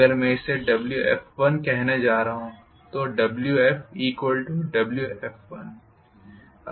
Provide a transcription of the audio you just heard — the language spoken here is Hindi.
अगर मैं इसे wf1 कहने जा रहा हूँ तो wfwf1